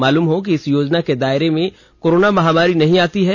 मालूम हो कि इस योजना के दायरे में कोरोना महामारी नहीं आती है